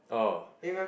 oh